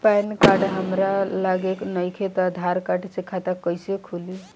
Pan card हमरा लगे नईखे त आधार कार्ड से खाता कैसे खुली?